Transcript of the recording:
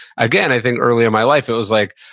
again, i think, early in my life, it was like,